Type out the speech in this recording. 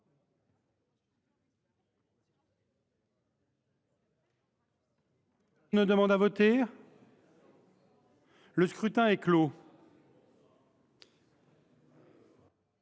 Le scrutin est clos.